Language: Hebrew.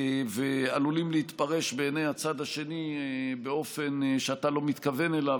ועלולים להתפרש בעיני הצד השני באופן שאתה לא מתכוון אליו,